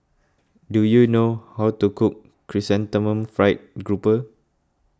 do you know how to cook Chrysanthemum Fried Grouper